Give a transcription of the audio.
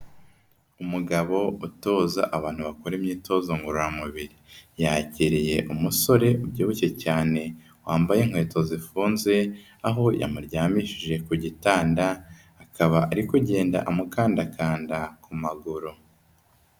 Umugabo utoza abantu bakora imyitozo ngororamubiri, yakiriye umusore ubyibushye cyane wambaye inkweto zifunze, aho yamuryamishije ku gitanda akaba ari kugenda amukandakanda ku maguru.